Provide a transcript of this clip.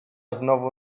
znowu